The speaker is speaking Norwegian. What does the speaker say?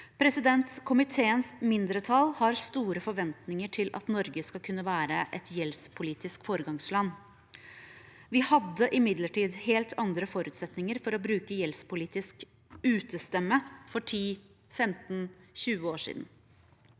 Komiteens mindretall har store forventninger til at Norge skal kunne være et gjeldspolitisk foregangsland. Vi hadde imidlertid helt andre forutsetninger for å bruke gjeldspolitisk «utestemme» for 10, 15, 20 år siden.